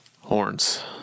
Horns